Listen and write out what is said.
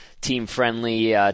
team-friendly